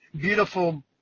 beautiful